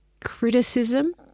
criticism